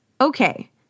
Okay